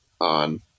on